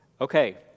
Okay